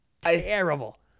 terrible